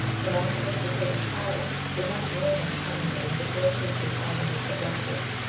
an unsophisticated child would not dream of terminating the poor creature's agonies abruptly,